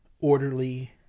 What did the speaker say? orderly